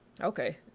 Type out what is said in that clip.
okay